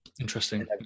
Interesting